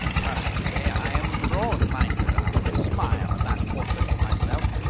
personally i am broad-minded enough to smile at that portrait of myself.